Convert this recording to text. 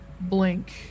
blink